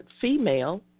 female